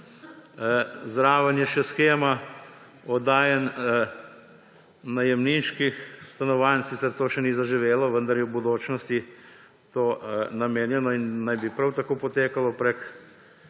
Zraven je še shema oddajanj najemniških stanovanj, sicer to še ni zaživelo, vendar je v bodočnosti to namenjeno in naj bi prav tako potekalo prek